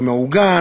זה מעוגן,